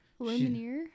lumineer